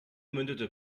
mündete